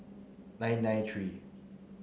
nine nine three